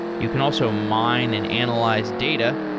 you can also mine and analyze data,